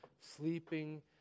sleeping